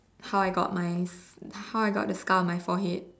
how I got my how I got the scar on my forehead